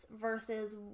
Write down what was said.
versus